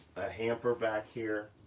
a hamper back here.